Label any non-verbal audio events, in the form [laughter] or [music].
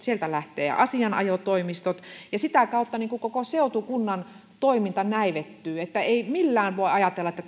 [unintelligible] sieltä lähtevät asianajotoimistot ja sitä kautta koko seutukunnan toiminta näivettyy eli ei millään voi ajatella että [unintelligible]